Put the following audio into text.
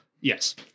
Yes